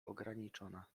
ograniczona